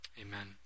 Amen